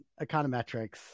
econometrics